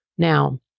Now